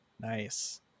Nice